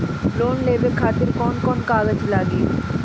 Loan लेवे खातिर कौन कौन कागज लागी?